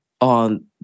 on